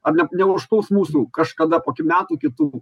ar ne neužpuls mūsų kažkada po kokių metų kitų